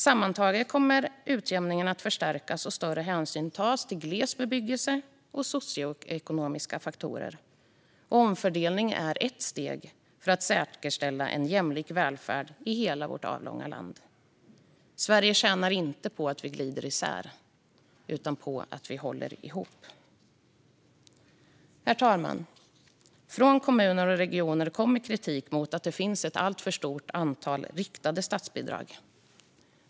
Sammantaget kommer utjämningen att förstärkas, och större hänsyn kommer att tas till gles bebyggelse och socioekonomiska faktorer. Omfördelningen är ett steg för att säkerställa en jämlik välfärd i hela vårt avlånga land. Sverige tjänar inte på att vi glider isär, utan att på att vi håller ihop. Herr talman! Från kommuner och regioner kommer kritik mot att det finns ett alltför stort antal riktade statsbidrag.